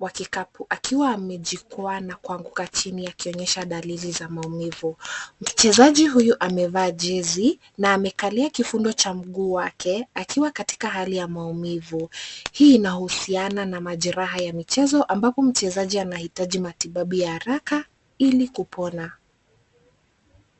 wa kikapu akiwa amejikwaa na kuanguka chini akionyesha dalili za maumivu. Mchezaji huyu amevaa jezi na amekalia kivundo cha mguu wake akiwa katika hali ya maumivu. Hii inahusiana na majeraha ya michezo ambapo mchezaji anaitaji matibabu ya haraka ili kupona.